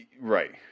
right